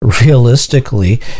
realistically